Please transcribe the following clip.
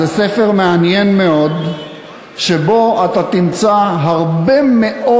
זה ספר מעניין מאוד שבו תמצא הרבה מאוד